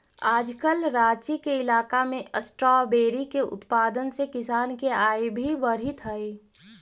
आजकल राँची के इलाका में स्ट्राबेरी के उत्पादन से किसान के आय भी बढ़ित हइ